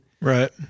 Right